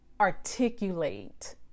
articulate